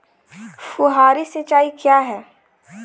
फुहारी सिंचाई क्या है?